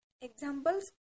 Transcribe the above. Examples